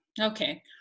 Okay